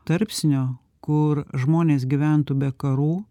tarpsnio kur žmonės gyventų be karų